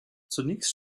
zunächst